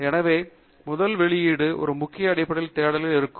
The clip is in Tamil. எனவே முதல் வெளிப்பாடு ஒரு முக்கிய அடிப்படையான தேடலில் இருக்கும்